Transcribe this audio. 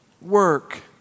work